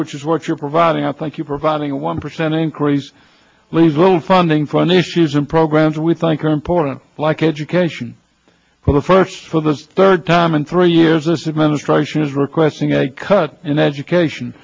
which is what you're providing i think you providing a one percent increase leave little funding for initiatives and programs we think are important like education for the first for the third time in three years this administration is requesting a cut in education